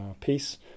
piece